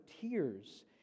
tears